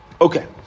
Okay